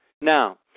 Now